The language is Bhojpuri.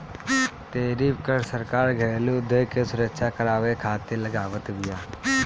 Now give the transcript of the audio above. टैरिफ कर सरकार घरेलू उद्योग के सुरक्षा करवावे खातिर लगावत बिया